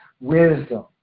wisdom